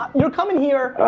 you're coming here,